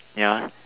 ya